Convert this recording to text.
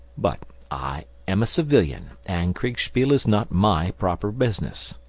but i am a civilian, and kriegspiel is not my proper business.